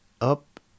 up